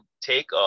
take